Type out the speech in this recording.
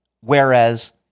Whereas